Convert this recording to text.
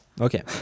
Okay